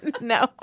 No